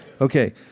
Okay